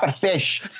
ah fish.